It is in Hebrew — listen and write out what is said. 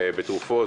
הכרונית.